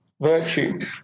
virtue